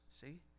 see